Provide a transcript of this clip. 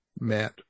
met